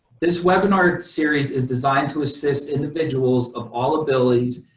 this webinar series is designed to assist individuals of all abilities.